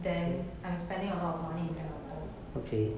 then I'm spending about money in singapore